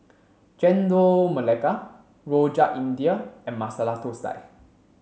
Chendol Melaka Rojak India and Masala Thosai